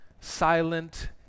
silent